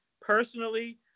personally